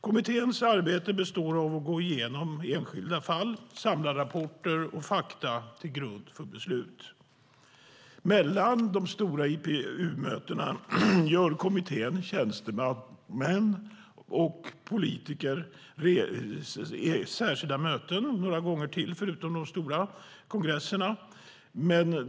Kommitténs arbete består av att gå igenom enskilda fall, samla rapporter och fakta till grund för beslut. Mellan de stora IPU-mötena har kommitténs tjänstemän och politiker särskilda möten, förutom de stora kongresserna.